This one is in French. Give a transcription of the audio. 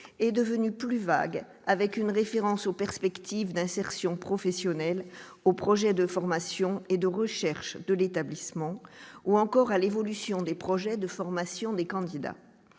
est devenue plus vague avec une référence aux perspectives d'insertion professionnelle au projet de formation et de recherche de l'établissement ou encore à l'évolution des projets de formation des candidats,